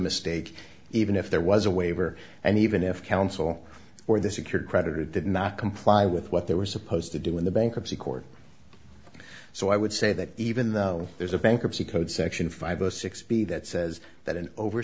mistake even if there was a waiver and even if counsel for the secured creditor did not comply with what they were supposed to do in the bankruptcy court so i would say that even though there's a bankruptcy code section five zero six b that says that an over